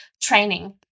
training